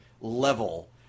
level